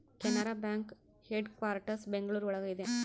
Canara Bank headquarters Bengaluru ಒಳಗ ಇದೆ